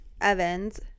Evans